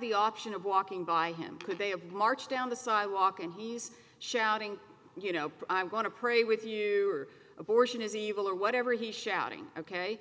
the option of walking by him could they have marched down the sidewalk and he's shouting you know i want to pray with you or abortion is evil or whatever he's shouting ok